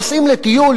נוסעים לטיול,